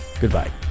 Goodbye